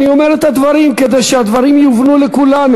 אני אומר את הדברים כדי שהדברים יובנו לכולנו.